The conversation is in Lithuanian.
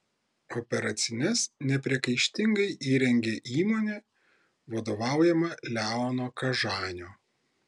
operacines nepriekaištingai įrengė įmonė vadovaujama leono kažanio